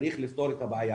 צריך לפתור את הבעיה.